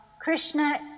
Krishna